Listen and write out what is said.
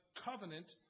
covenant